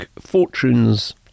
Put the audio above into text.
fortunes